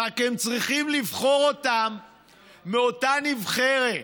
רק הם צריכים לבחור אותם מאותה נבחרת,